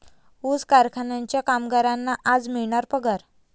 ऊस कारखान्याच्या कामगारांना आज मिळणार पगार